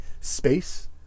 space